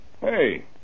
Hey